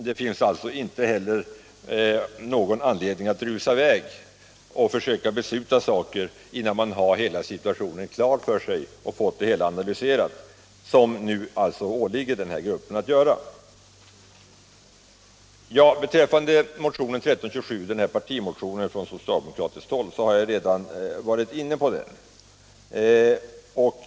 Det finns inte heller någon anledning att rusa i väg och försöka fatta några beslut innan hela situationen i branschen blivit analyserad och klarlagd, vilket är denna grupps uppgift. Jag har redan varit inne på den socialdemokratiska partimotionen 1327.